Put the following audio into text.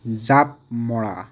জাঁপ মৰা